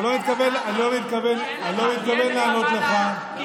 אל תענה, לא צריך, אני לא מתכונן לענות לך.